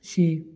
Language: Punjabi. ਛੇ